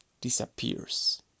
disappears